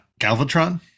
Galvatron